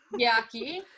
Yucky